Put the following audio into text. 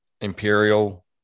Imperial